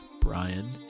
Brian